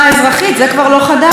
של בית המשפט העליון,